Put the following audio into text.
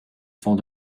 fond